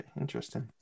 interesting